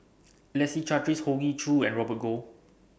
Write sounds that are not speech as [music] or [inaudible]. [noise] Leslie Charteris Hoey Choo and Robert Goh